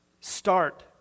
Start